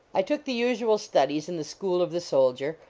i took the usual studies in the school of the soldier,